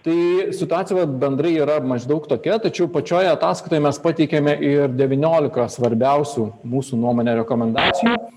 tai situacija vat bendrai yra maždaug tokia tačiau pačioj ataskaitoje mes pateikėme ir devyniolika svarbiausių mūsų nuomone rekomendacijų